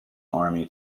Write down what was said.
army